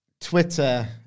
Twitter